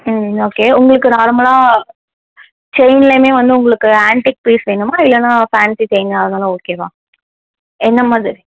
ம் ஓகே உங்களுக்கு நார்மலாக செயின்லையுமே வந்து உங்களுக்கு ஆன்ட்டிக் பீஸ் வேணுமா இல்லன்னா ஃபேன்ஸி செயினாக இருந்தாலும் ஓகேவா என்ன மாதிரி